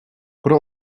pro